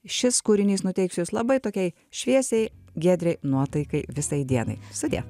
šis kūrinys nuteiks jus labai tokiai šviesiai giedriai nuotaikai visai dienai sudie